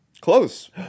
Close